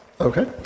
Okay